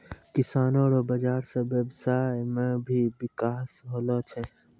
किसानो रो बाजार से व्यबसाय मे भी बिकास होलो छै